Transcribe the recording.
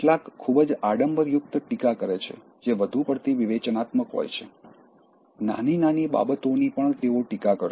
કેટલાક ખૂબ જ આડંબરયુક્ત ટીકા કરે છે જે વધુ પડતી વિવેચનાત્મક હોય છે નાની નાની બાબતોની પણ તેઓ ટીકા કરશે